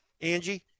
Angie